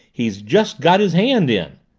he's just got his hand in!